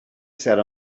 sat